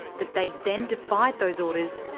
that they then defied those orders,